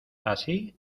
así